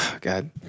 God